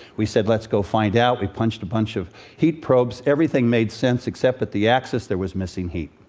we said, let's go find out. we punched a bunch of heat probes. everything made sense, except, at the axis, there was missing heat.